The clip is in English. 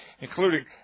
including